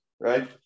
right